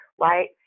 right